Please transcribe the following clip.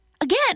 Again